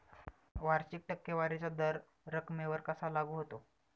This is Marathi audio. वार्षिक टक्केवारीचा दर रकमेवर कसा लागू होतो?